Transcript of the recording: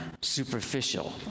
superficial